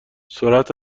سرعت